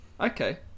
Okay